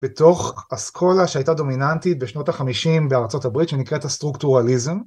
בתוך הסכולה שהייתה דומיננטית בשנות החמישים בארה״ב שנקראת הסטרוקטורליזם.